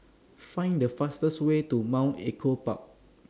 Find The fastest Way to Mount Echo Park